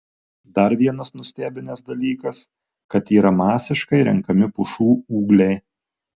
dar vienas nustebinęs dalykas kad yra masiškai renkami pušų ūgliai